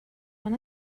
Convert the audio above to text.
van